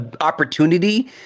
opportunity